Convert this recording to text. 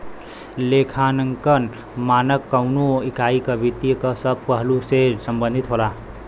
लेखांकन मानक कउनो इकाई क वित्त क सब पहलु से संबंधित होला